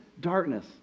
darkness